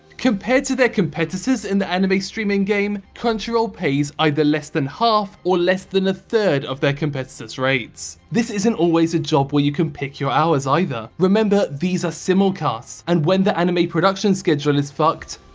compared to their competitors in the anime streaming game, crunchyroll pays either less than half or less than a third of their competitor's rates. this isn't always a job where you can pick your hours, either. remember, these are simulcasts, and when the anime production schedule is fucked,